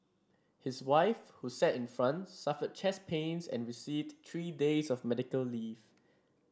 his wife who sat in front suffered chest pains and received three days of medical leave